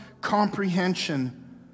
comprehension